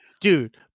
dude